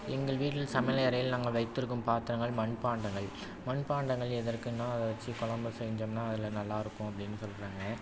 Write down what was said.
எங்கள் வீட்டில் சமையலறையில் நாங்கள் வைத்திருக்கும் பாத்திரங்கள் மண்பாண்டங்கள் மண்பாண்டங்கள் எதற்குன்னா அதை வச்சு குலம்பு செஞ்சோம்ன்னா அதில் நல்லாருக்கும் அப்படின்னு சொல்லுறாங்க